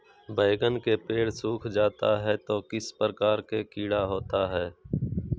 बैगन के पेड़ सूख जाता है तो किस प्रकार के कीड़ा होता है?